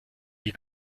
die